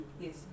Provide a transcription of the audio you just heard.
yes